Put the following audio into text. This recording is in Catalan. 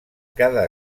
cada